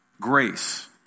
grace